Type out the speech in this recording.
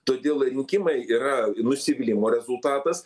todėl rinkimai yra nusivylimo rezultatas